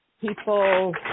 people